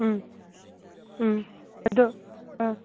ꯎꯝ ꯎꯝ ꯑꯗꯣ ꯑꯥ